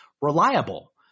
reliable